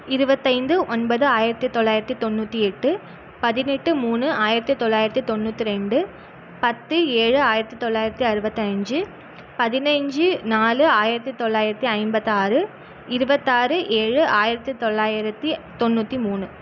இருபத்தைந்து ஒன்பது ஆயிரத்தி தொள்ளாயிரத்தி தொண்ணூற்றி எட்டு பதினெட்டு மூணு ஆயிரத்தி தொள்ளாயிரத்தி தொண்ணூற்றி ரெண்டு பத்து ஏழு ஆயிரத்தி தொள்ளாயிரத்தி அறுபத்தஞ்சி பதினஞ்சு நாலு ஆயிரத்தி தொள்ளாயிரத்தி ஐம்பத்தாறு இருவத்தாறு ஏழு ஆயிரத்தி தொள்ளாயிரத்தி தொண்ணூற்றி மூணு